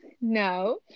No